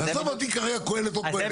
עזוב אותי כרגע קהלת לא קהלת,